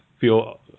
feel